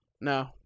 No